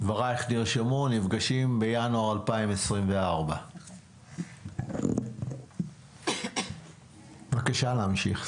דברייך נרשמו, נפגשים בינואר 2024. בבקשה, להמשיך.